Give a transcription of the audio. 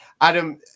Adam